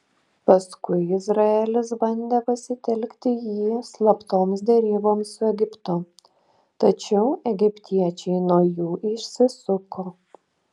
paskui izraelis bandė pasitelkti jį slaptoms deryboms su egiptu tačiau egiptiečiai nuo jų išsisuko